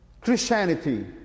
Christianity